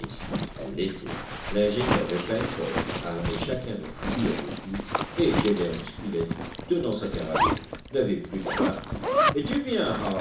elles l'étaient l'ingénieur et pencroff armés chacun d'un fusil à deux coups et gédéon spilett tenant sa carabine n'avaient plus qu'à partir es-tu bien